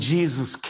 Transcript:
Jesus